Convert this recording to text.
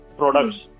products